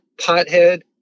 pothead